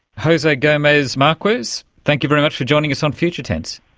jose gomez-marquez, thank you very much for joining us on future tense.